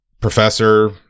professor